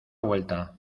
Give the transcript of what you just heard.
vuelta